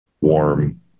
warm